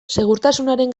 segurtasunaren